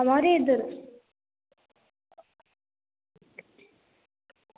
हमारे इद्धर